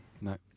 No